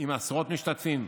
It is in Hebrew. לעשרות משתתפים,